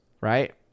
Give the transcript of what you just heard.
right